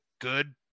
good